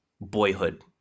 boyhood